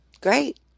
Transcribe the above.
Great